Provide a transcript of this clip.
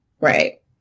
Right